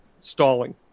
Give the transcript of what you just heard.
stalling